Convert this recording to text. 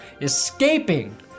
escaping